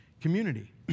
community